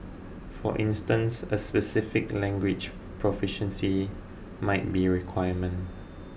for instance a specific language proficiency might be a requirement